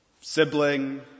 sibling